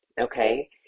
okay